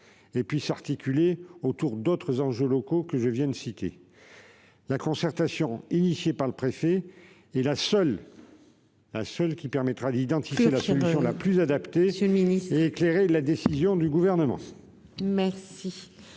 et puisse s'articuler autour d'autres enjeux locaux. La concertation engagée par le préfet est la seule qui permettra d'identifier la solution la plus adaptée et, ainsi, d'éclairer la décision du Gouvernement. La